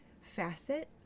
facet